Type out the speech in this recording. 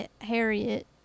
harriet